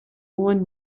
one